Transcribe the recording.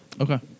Okay